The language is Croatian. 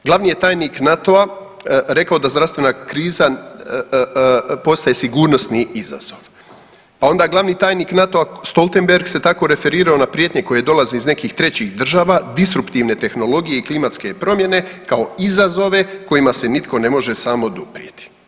Glavni je tajnik NATO-a rekao da zdravstvena kriza postaje sigurnosni izazov, pa onda glavni tajnik NATO-a Stoltenberg se tako referirao na prijetnje koje dolaze iz nekih trećih država distruktivne tehnologije i klimatske promjene kao izazove kojima se nitko ne može sam oduprijeti.